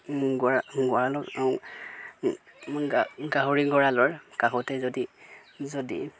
গঁৰালৰ গাহৰি গঁৰালৰ কাষতেই যদি যদি